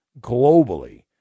globally